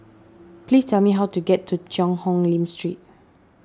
please tell me how to get to Cheang Hong Lim Street